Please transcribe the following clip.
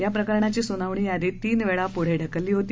या प्रकरणाची सुनावणी याआधी तीन वछी पुढढिकलली होती